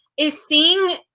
is seeing,